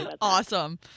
Awesome